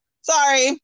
sorry